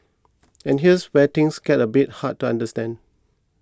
and here's where things get a bit hard to understand